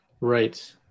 right